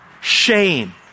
shame